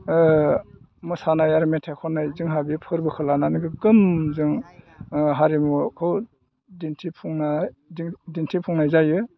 मोसानाय आरो मेथाइ खननाय जोंहा बे फोरबोखौ लानानै गोग्गोम जों हारिमुखौ दिन्थिफुंङो दिन्थिफुंनाय जायो